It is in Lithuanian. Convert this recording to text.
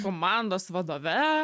komandos vadove